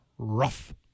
Rough